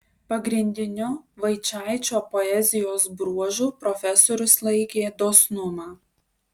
pagrindiniu vaičaičio poezijos bruožu profesorius laikė dosnumą